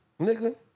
Nigga